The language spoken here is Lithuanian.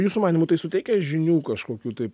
jūsų manymu tai suteikia žinių kažkokių tai